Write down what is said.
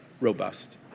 robust